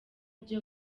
byo